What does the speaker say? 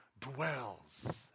dwells